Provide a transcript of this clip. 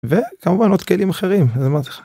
וכמובן עוד כלים אחרים, אני אמרתי לך .